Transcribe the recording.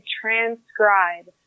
transcribe